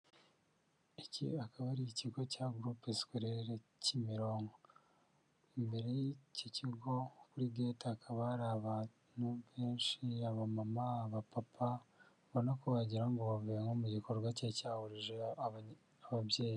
Iki akaba ari ikigo cya gurupe sikorere Kimironko, imbere y'iki kigo kuri geti hakaba hari abantu benshi abamama, abapapa, ubonako wagira ngo bavuye nko mu gikorwa cyari cyahuruje ababyeyi.